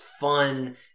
fun